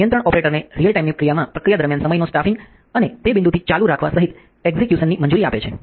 નિયંત્રણ ઓપરેટરને રીઅલ ટાઇમની ક્રિયામાં પ્રક્રિયા દરમિયાન સમયનો સ્ટાફિંગ અને તે બિંદુથી ચાલુ રાખવા સહિત એક્ઝિક્યુશનની મંજૂરી આપે છે